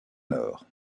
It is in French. nord